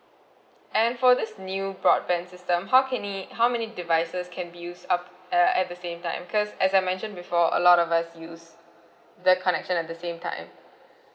and for this new broadband system how can it how many devices can be used up uh at the same time because as I mentioned before a lot of us use the connection at the same time